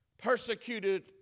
persecuted